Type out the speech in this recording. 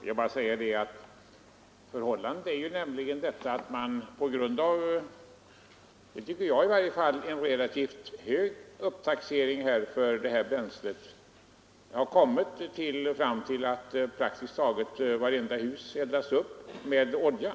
Herr talman! Till herr Wärnberg vill jag bara säga att man på grund av en — som jag tycker i varje fall — relativt hög taxering för eget bränsle har kommit till att praktiskt taget vartenda hus eldas med olja.